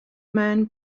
man